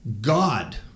God